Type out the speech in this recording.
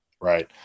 Right